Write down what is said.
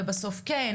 ובסוף כן,